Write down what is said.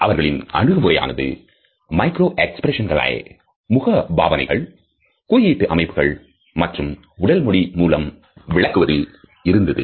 அவர்களின் அணுகுமுறையானது மைக்ரோஎக்ஸ்பிரஷன்ஸ்களை முகபாவனைகள் குறியீட்டு அமைப்புகள் மற்றும் உடல்மொழி மூலம் விளக்குவதில் இருந்தது